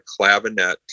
clavinet